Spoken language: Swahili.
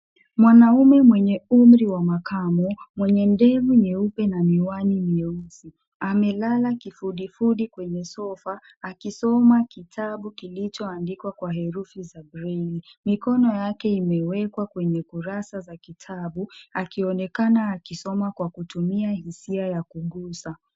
Mwanaume mwenye umri wa makamo, mwenye ndevu nyeupe na miwani myeusi. Amelala kifudifudi kwenye sofa akisoma kitabu kilichoandikwa kwa herufi za braille mikono yake imewekwa kwenye kurasa za kitabu, akionekana akisoma kwa kutumia hisia ya kugusa.